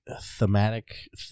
thematic